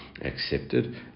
accepted